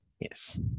Yes